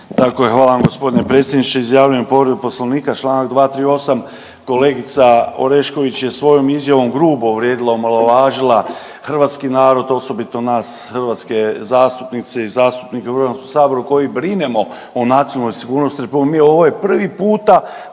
Tako je, hvala vam gospodine predsjedniče. Izjavljujem povredu Poslovnika Članak 238., kolegica Orešković je svojom izjavom grubo uvrijedila i omalovažila hrvatski narod osobito nas hrvatske zastupnice i zastupnike u Hrvatskom saboru koji brinemo o nacionalnoj sigurnost rep…, ovo je prvi puta